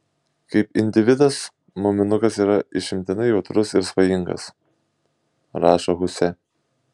kaip individas muminukas yra išimtinai jautrus ir svajingas rašo huse